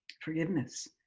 forgiveness